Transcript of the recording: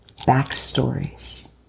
backstories